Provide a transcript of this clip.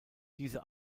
diese